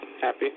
Happy